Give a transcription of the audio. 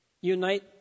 unite